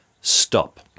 stop